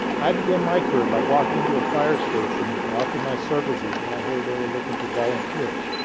i began my career by walking into a fire station to offer my services when i heard they were looking for volunteers.